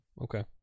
okay